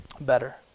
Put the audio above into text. better